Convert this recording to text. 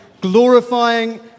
glorifying